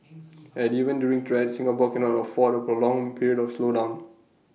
and even during threats Singapore cannot afford A prolonged period of slowdown